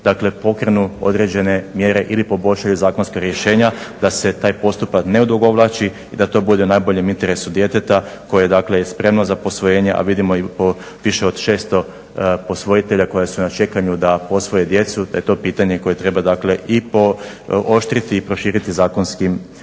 pokrenu određene mjere ili poboljšaju zakonska rješenja da se taj postupak ne odugovlači i da to bude u najboljem interesu djeteta koje je spremno za posvojenje. A vidimo da piše od 600 posvojitelja koji su na čekanju da posvoje djecu da je to pitanje koje treba i pooštriti i proširiti zakonskim mjerama.